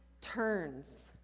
turns